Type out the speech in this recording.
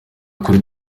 kuri